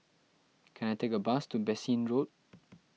can I take a bus to Bassein Road